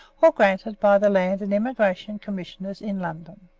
or granted by the land and emigration commissioners in london.